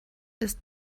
ist